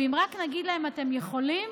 ואם רק נגיד להם "אתם יכולים",